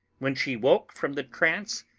when she woke from the trance,